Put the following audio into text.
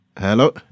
Hello